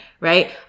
right